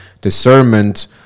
discernment